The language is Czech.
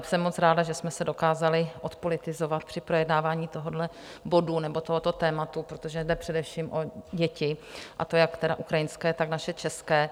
Jsem moc ráda, že jsme se dokázali odpolitizovat při projednávání tohoto bodu nebo tohoto tématu, protože jde především o děti, a to jak ukrajinské, tak naše české.